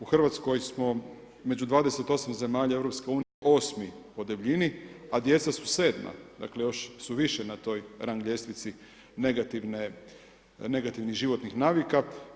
U Hrvatskoj smo među 28 zemalja EU osmi po debljini, a djeca su sedma, dakle, još su više na toj rang ljestvici negativnih životnih navika.